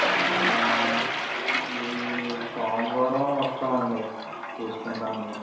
ఈ సోమవారం వస్తాం అండి చూసుకోవటానికి